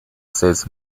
says